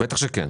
בטח שכן.